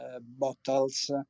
bottles